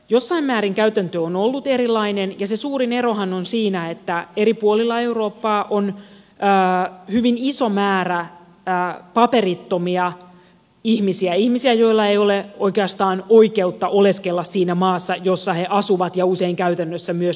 jossain määrin käytäntö on ollut erilainen ja se suurin erohan on siinä että eri puolilla eurooppaa on hyvin iso määrä paperittomia ihmisiä ihmisiä joilla ei ole oikeastaan oikeutta oleskella siinä maassa jossa he asuvat ja usein käytännössä myös tekevät töitä